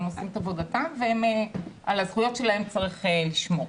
הם עושים את עבודתם ועל הזכויות שלהם צריך לשמור.